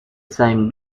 saint